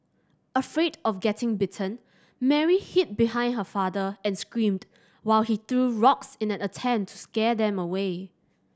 afraid of getting bitten Mary hid behind her father and screamed while he threw rocks in an attempt to scare them away